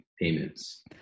payments